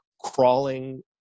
crawling